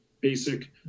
basic